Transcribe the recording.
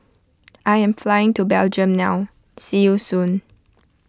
I am flying to Belgium now see you soon